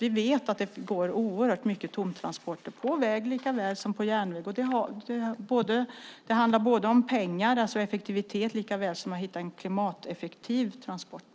Vi vet att det går oerhört många tomtransporter på väg likaväl som på järnväg. Det handlar om pengar, effektivitet, likaväl som att hitta en klimateffektiv transport.